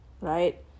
right